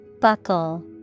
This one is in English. Buckle